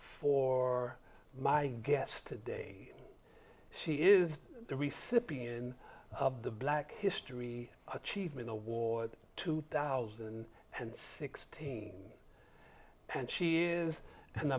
for my guest today she is the recipient of the black history achievement award two thousand and six and she is an